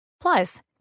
Plus